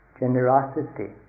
generosity